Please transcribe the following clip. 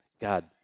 God